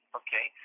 okay